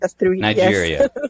Nigeria